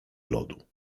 lodu